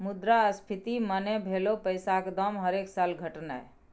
मुद्रास्फीति मने भलौ पैसाक दाम हरेक साल घटनाय